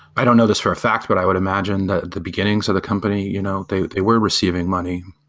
i don't know this for a fact, but i would imagine that the beginnings of the company, you know they they were receiving money.